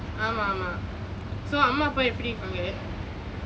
ஆமா ஆமா:aama aama so அம்மா அப்பா எப்படி இருக்காங்க:amma appa eppadi irukkaanga